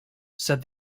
said